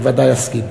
אני ודאי אסכים.